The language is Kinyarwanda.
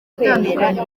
atandukanye